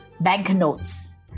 banknotes